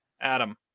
Adam